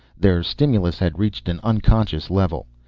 their stimulus had reached an unconscious level.